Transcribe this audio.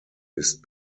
ist